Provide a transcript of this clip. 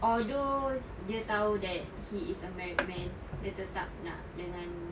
although dia tahu that he is a married man dia tetap nak dengan